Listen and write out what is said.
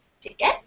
ticket